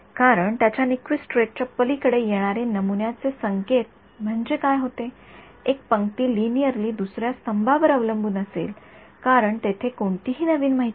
कारण त्याच्या निक्विस्ट रेटच्या पलीकडे येणारे नमूनाचे संकेत म्हणजे काय होते एक पंक्ती लिनिअरली दुसर्या स्तंभांवर अवलंबून असेल कारण तेथे कोणतीही नवीन माहिती नाही